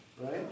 Right